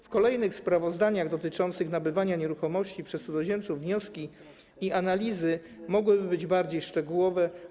W kolejnych sprawozdaniach dotyczących nabywania nieruchomości przez cudzoziemców wnioski i analizy mogłyby być bardziej szczegółowe.